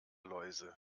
läuse